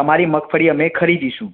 તમારી મગફળી અમે ખરીદીશું